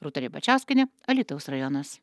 rūta ribačiauskienė alytaus rajonas